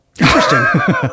interesting